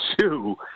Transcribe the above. two